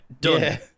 done